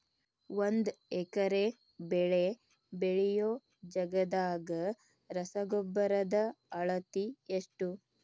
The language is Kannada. ಒಂದ್ ಎಕರೆ ಬೆಳೆ ಬೆಳಿಯೋ ಜಗದಾಗ ರಸಗೊಬ್ಬರದ ಅಳತಿ ಎಷ್ಟು?